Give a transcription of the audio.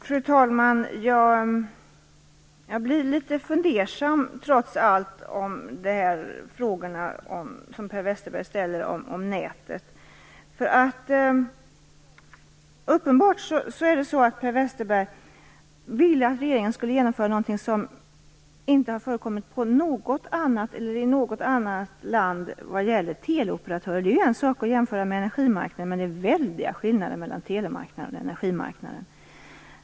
Fru talman! Jag blir trots allt litet fundersam beträffande de frågor Per Westerberg ställer om nätet. Per Westerberg vill uppenbarligen att regeringen skall genomföra något som inte har förekommit i något annat land vad gäller teleoperatörer. Det är en sak att jämföra med energimarknaden, men det är väldigt stora skillnader mellan telemarknaden och energimarknaden.